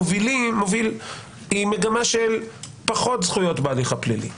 מוביל היא מגמה של פחות זכויות בהליך הפלילי,